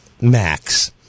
max